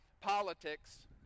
politics